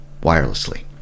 wirelessly